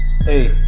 hey